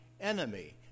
enemy